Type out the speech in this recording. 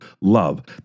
love